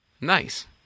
Nice